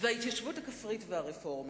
וההתיישבות הכפרית והרפורמה.